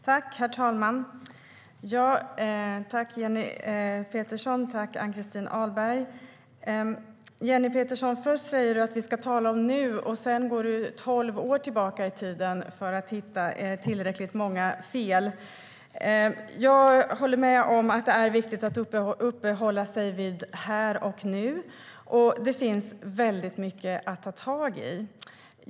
Herr talman! Tack, Jenny Petersson och Ann-Christin Ahlberg! Jenny Petersson! Först säger du att vi ska tala om nu, och sedan går du tolv år tillbaka i tiden för att hitta tillräckligt många fel. Jag håller med om att det är viktigt att uppehålla sig vid här och nu, och det finns väldigt mycket att ta tag i.